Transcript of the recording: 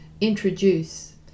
introduce